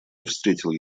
встретил